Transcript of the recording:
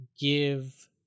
give